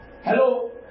Hello